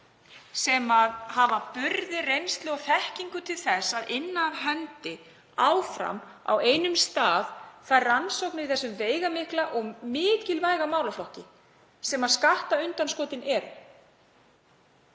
sem hafa burði, reynslu og þekkingu til þess að inna af hendi áfram á einum stað rannsóknir í þessum veigamikla og mikilvæga málaflokki sem skattundanskotin eru.